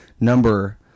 number